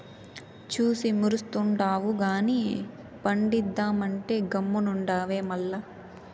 చూసి మురుస్తుండావు గానీ పండిద్దామంటే గమ్మునుండావే మల్ల